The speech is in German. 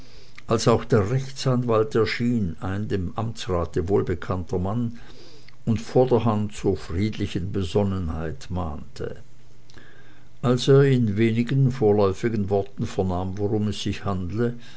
als auch der rechtsanwalt erschien ein dem amtsrate wohlbekannter mann und vorderhand zur friedlichen besonnenheit mahnte als er in wenigen vorläufigen worten vernahm worum es sich handle